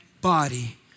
body